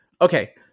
Okay